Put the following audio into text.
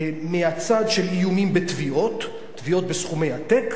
מהצד של איומים בתביעות, תביעות בסכומי עתק,